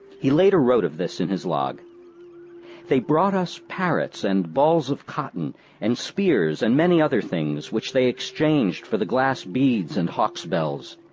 he later wrote of this in his log they brought us parrots and balls of cotton and spears and many other things, which they exchanged for the glass beads and hawks' bells.